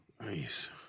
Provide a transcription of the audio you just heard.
Nice